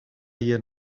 hjir